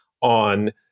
on